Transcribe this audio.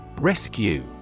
Rescue